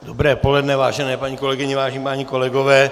Dobré poledne, vážené paní kolegyně, vážení páni kolegové.